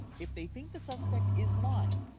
if they think the suspect is lying,